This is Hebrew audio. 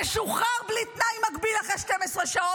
משוחרר בלי שום תנאי מגביל אחרי 12 שעות,